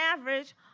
average